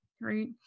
Right